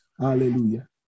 Hallelujah